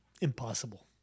Impossible